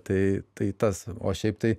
tai tai tas o šiaip tai